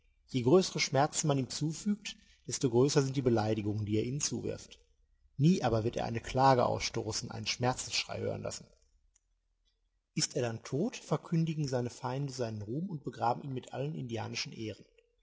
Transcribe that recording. je größere schmerzen man ihm zufügt desto größer sind die beleidigungen die er ihnen zuwirft nie aber wird er eine klage ausstoßen einen schmerzensschrei hören lassen ist er dann tot verkündigen seine feinde seinen ruhm und begraben ihn mit allen indianischen ehren